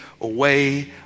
away